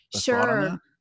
Sure